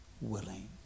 willing